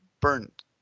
burned